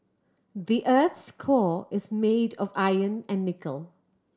the earth's core is made of iron and nickel